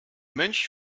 mönch